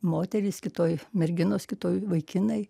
moterys kitoj merginos kitoj vaikinai